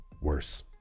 worse